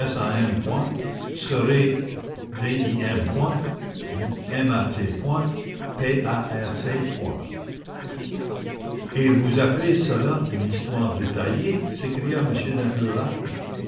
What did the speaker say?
parc et vous appelez cela une histoire détaillée s'écria m